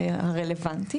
הרלוונטי.